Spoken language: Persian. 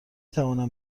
توانم